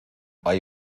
hay